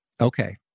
Okay